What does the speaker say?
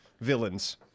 villains